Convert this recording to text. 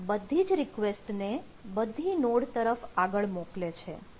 તે બધી જ રિક્વેસ્ટને બધી નોડ તરફ આગળ મોકલે છે